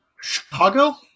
Chicago